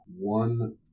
one